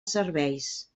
serveis